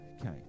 Okay